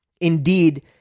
Indeed